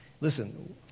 Listen